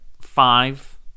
five